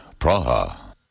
Praha